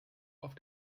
auf